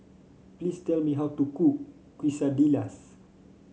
please tell me how to cook Quesadillas